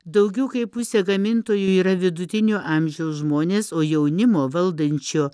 daugiau kaip pusė gamintojų yra vidutinio amžiaus žmonės o jaunimo valdančio